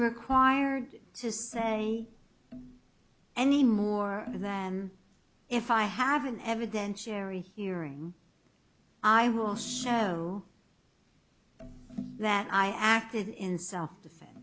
required to say any more than if i have an evidentiary hearing i will show that i acted in self defense